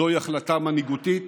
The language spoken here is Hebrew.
זוהי החלטה מנהיגותית